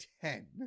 ten